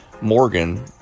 Morgan